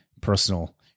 personal